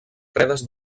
fredes